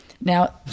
now